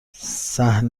صحفه